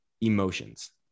emotions